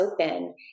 open